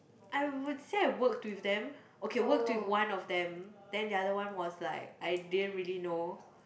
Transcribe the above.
I would said I work with them okay work with one of them then the other one was like I didn't really know